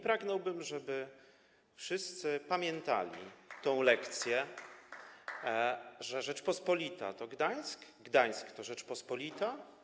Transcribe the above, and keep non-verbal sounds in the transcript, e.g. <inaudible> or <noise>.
Pragnąłbym, żeby wszyscy <applause> pamiętali tę lekcję, że Rzeczpospolita to Gdańsk, Gdańsk to Rzeczpospolita.